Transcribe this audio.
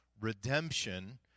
redemption